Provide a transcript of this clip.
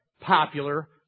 popular